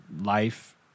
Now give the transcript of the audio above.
life